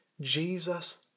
Jesus